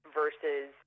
versus